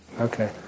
Okay